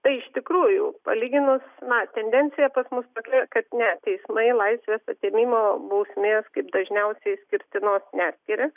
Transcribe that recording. tai iš tikrųjų palyginus na tendencija pas mus tokia kad ne teismai laisvės atėmimo bausmės kaip dažniausiai skirtinos neskiria